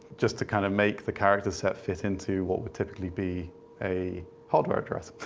just to kind of make the character set fit into what would typically be a hardware address.